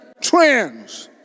trends